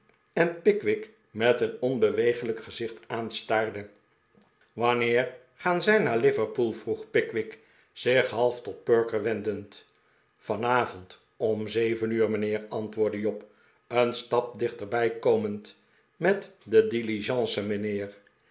en pickwick met een onbeweeglijk gezicht aanstaarde wanneer gaan zij naar liverpool vroeg pickwick zich half tot perker wendend vanavond om zeven uur mijnheer antwoordde job een stap dichterbij komend met de